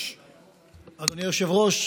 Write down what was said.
אדוני היושב-ראש,